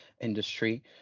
industry